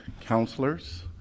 counselors